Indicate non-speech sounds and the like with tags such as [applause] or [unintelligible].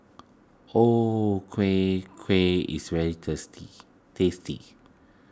O Kueh Kueh is very [unintelligible] tasty